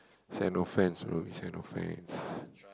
it's an offence bro it's an offence